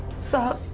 sir,